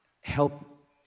help